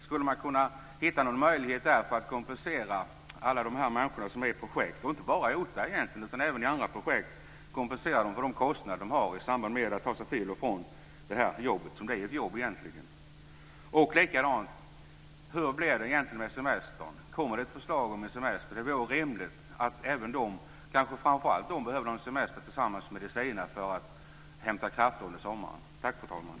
Skulle man kunna hitta någon möjlighet där för att kompensera alla de människor som är i projekt, och inte bara i OTA utan även i andra projekt, för de kostnader som de har i samband med att de tar sig till och från det som blir ett jobb. Och hur blir det egentligen med semestern? Kommer det ett förslag om semestern? Det vore rimligt att även dessa människor, kanske framför allt de, behöver en semester tillsammans med de sina för att hämta krafter under sommaren.